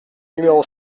numéro